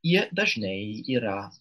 jie dažnai yra